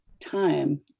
time